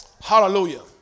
Hallelujah